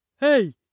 Hey